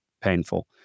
painful